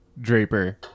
Draper